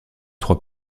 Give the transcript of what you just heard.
trois